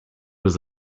was